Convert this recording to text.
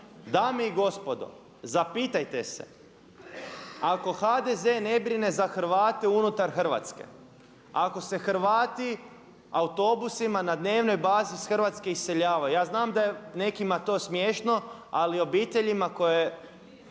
Dame i gospodo zapitajte se ako HDZ ne brine za Hrvate unutar Hrvatske, ako se Hrvati autobusima na dnevnoj bazi iz Hrvatske iseljavaju, ja znam da je nekima to smiješno, ali obiteljima koje,